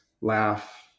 laugh